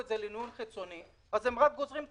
זה היה גם כן אמצעי שאנחנו עושים אותו.